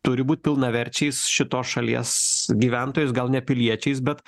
turi būt pilnaverčiais šitos šalies gyventojais gal ne piliečiais bet